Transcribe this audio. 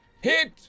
Hit